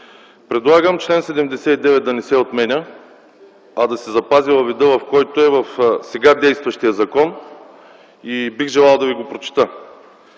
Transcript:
Предлагам чл. 79 да не се отменя, а да се запази във вида, който е в сега действащия закон и бих желал да ви го прочета: